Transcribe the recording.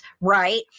right